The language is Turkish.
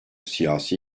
siyasi